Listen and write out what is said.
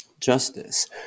justice